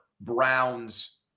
Browns